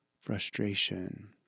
frustration